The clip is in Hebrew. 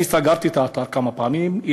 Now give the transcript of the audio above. אני סגרתי את האתר כמה פעמים.